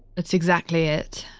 that's exactly it.